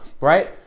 Right